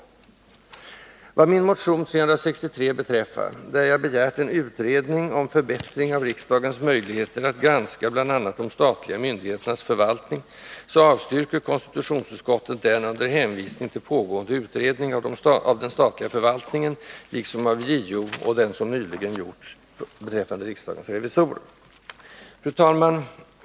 Vad min motion 1980/81:363 beträffar, där jag begärt en utredning om förbättring av riksdagens möjligheter att granska bl.a. de statliga myndigheternas förvaltning, så avstyrker konstitutionsutskottet den under hänvisning till pågående utredning av den statliga förvaltningen liksom av JO, och den som nyligen gjorts beträffande riksdagens revisorer. Fru talman!